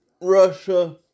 Russia